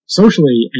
socially